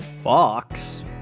Fox